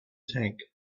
tank